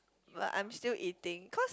but I'm still eating cause